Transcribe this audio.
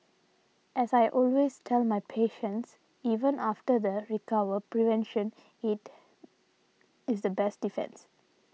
as I always tell my patients even after the recover prevention it is the best defence